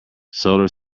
solar